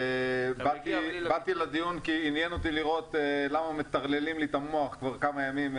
באתי לדיון כי עניין אותי לראות למה מטרללים לי את המוח כבר כמה ימים.